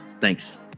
Thanks